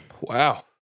wow